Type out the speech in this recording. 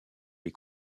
les